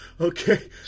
Okay